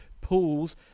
pools